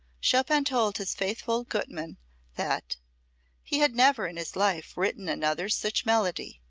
chopin told his faithful gutmann that he had never in his life written another such melody,